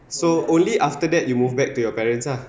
so only after that you move back to your parents ah